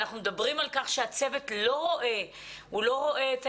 אנחנו מדברים על כך שהצוות לא רואה את הילד.